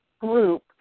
group